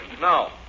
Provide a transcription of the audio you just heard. No